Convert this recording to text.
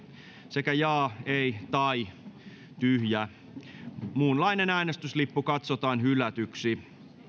sekä jaa ei tai tyhjä muunlainen äänestyslippu katsotaan hylätyksi